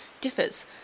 differs